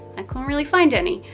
i couldn't really find any.